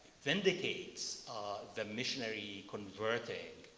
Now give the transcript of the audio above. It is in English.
vindicates the missionary converting,